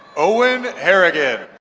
owen harrigan